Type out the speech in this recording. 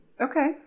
Okay